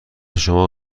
شما